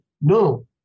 No